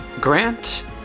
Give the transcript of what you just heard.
Grant